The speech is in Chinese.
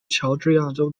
乔治亚州